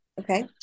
Okay